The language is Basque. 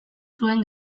zuen